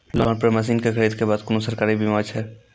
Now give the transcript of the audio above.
Loan पर मसीनऽक खरीद के बाद कुनू सरकारी बीमा छै?